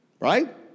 Right